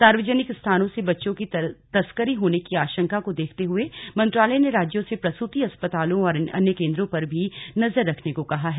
सार्वजनिक स्थानों से बच्चों की तस्करी होने की आशंका को देखते हुए मंत्रालय ने राज्यों से प्रसुति अस्पतालों और अन्य केंद्रों पर भी नजर रखने को कहा हैं